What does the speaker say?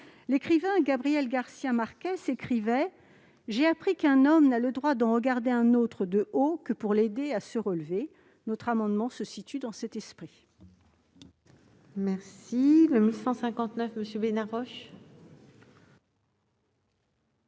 par mois. Gabriel Garcia Marquez écrivait :« J'ai appris qu'un homme n'a le droit d'en regarder un autre de haut que pour l'aider à se relever. » Notre amendement s'inscrit dans cet esprit. La parole est à M. Guy Benarroche,